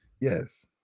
Yes